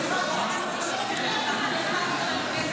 אני קודם עליתי וסיפרתי על אלון סקאג'יו,